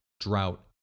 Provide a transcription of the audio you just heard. drought